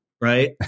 Right